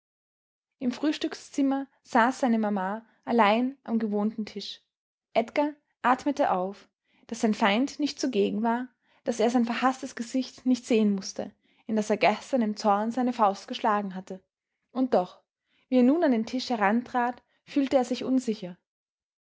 im frühstückszimmer saß seine mama allein am gewohnten tisch edgar atmete auf daß sein feind nicht zugegen war daß er sein verhaßtes gesicht nicht sehen mußte in das er gestern im zorn seine faust geschlagen hatte und doch wie er nun an den tisch herantrat fühlte er sich unsicher